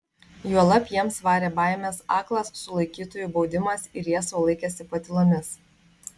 juolab jiems varė baimės aklas sulaikytųjų baudimas ir jie sau laikėsi patylomis